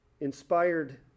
inspired